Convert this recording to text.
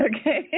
Okay